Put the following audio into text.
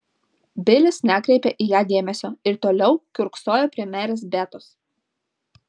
bilis nekreipė į ją dėmesio ir toliau kiurksojo prie merės betos